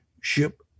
ship